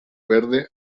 verde